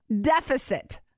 deficit